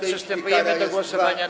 Przystępujemy do głosowania nad.